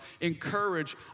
encourage